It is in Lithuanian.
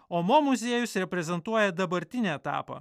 o mo muziejus reprezentuoja dabartinį etapą